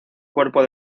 cuerpo